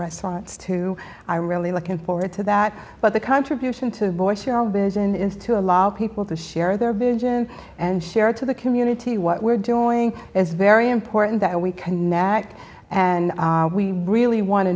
restaurants too i am really looking forward to that but the contribution to boise albinism into allow people to share their vision and share to the community what we're doing is very important that we connect and we really want to